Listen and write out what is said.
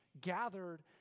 gathered